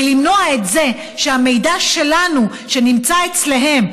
למנוע את זה שהמידע שלנו שנמצא אצלם,